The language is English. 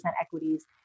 equities